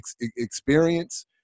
experience